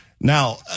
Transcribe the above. Now